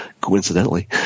coincidentally